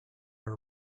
are